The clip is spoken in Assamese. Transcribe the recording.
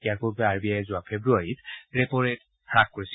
ইয়াৰ পূৰ্বে আৰ বি আয়ে যোৱা ফেব্ৰুৱাৰীত ৰেপৰেট হ্ৰাস কৰিছিল